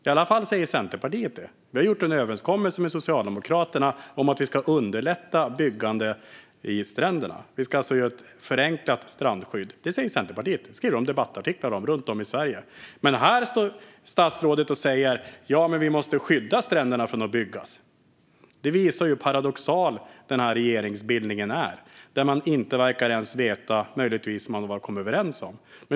I alla fall säger Centerpartiet att det har gjorts en överenskommelse med Socialdemokraterna om att underlätta byggande vid stränderna - ett förenklat strandskydd. Det säger Centerpartiet, och partiet skriver debattartiklar om det runt om i Sverige. Här står dock statsrådet och säger att vi måste skydda stränderna från att bebyggas. Det visar hur paradoxal den här regeringsbildningen är. Man verkar inte ens veta vad man har kommit överens om.